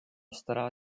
stará